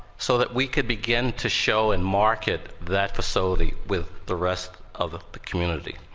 so that we could begin to show and market that facility with the rest of the community.